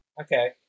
Okay